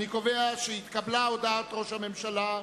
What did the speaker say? אני קובע שהתקבלה הודעת ראש הממשלה.